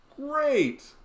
Great